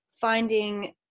finding